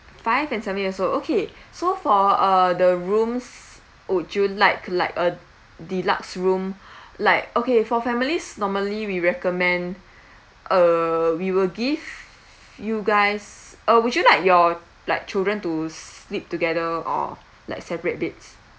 five and seven years old okay so for uh the rooms would you like like a deluxe room like okay for families normally we recommend err we will give you guys uh would you like your like children to sleep together or like separate beds